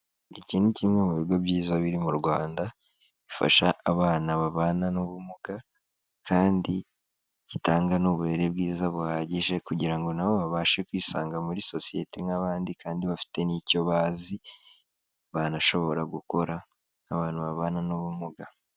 Iki ni kimwe mu bigo byiza biri mu Rwanda bifasha abana babana n'ubumuga kandi gitanga n'uburere bwiza buhagije kugira ngo na bo babashe kwisanga muri sosiyete nk'abandi kandi bafite n'icyo bazi, banashobora gukora nk'abantu babana n'ubumuga.